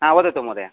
हा वदतु महोदय